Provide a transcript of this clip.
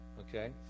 Okay